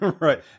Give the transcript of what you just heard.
right